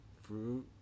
Fruit